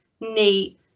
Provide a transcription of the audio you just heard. neat